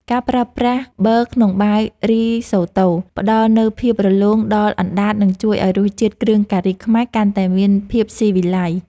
ការប្រើប្រាស់ប៊ឺក្នុងបាយរីសូតូផ្តល់នូវភាពរលោងដល់អណ្តាតនិងជួយឱ្យរសជាតិគ្រឿងការីខ្មែរកាន់តែមានភាពស៊ីវិល័យ។